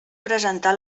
presentar